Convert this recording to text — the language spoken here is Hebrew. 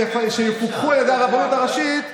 שיפוקחו על ידי הרבנות הראשית,